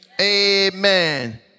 Amen